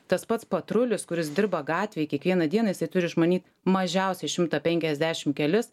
tas pats patrulis kuris dirba gatvėj kiekvieną dieną jisai turi išmanyt mažiausiai šimtą penkiasdešim kelis